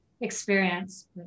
experience